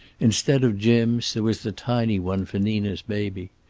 instead of jim's there was the tiny one for nina's baby.